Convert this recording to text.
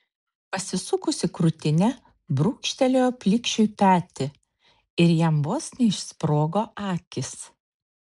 pasisukusi krūtine brūkštelėjo plikšiui petį ir jam vos neišsprogo akys